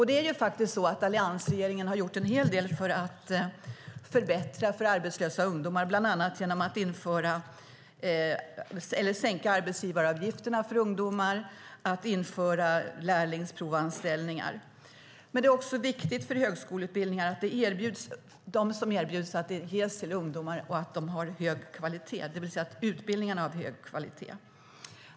Alliansregeringen har faktiskt gjort en hel del för att förbättra för arbetslösa ungdomar, bland annat genom att sänka arbetsgivaravgifterna för ungdomar och införa lärlingsprovanställningar. Det är också viktigt att de högskoleutbildningar som erbjuds har hög kvalitet och ges till ungdomar.